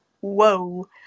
whoa